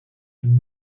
dem